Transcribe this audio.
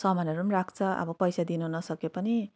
सामानहरू पनि राख्छ अब पैसा दिनु नसके पनि